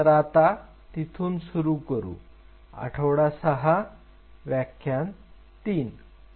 तर आता तिथून सुरू करू आठवडा 6 व्याख्यान 3